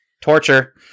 torture